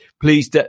please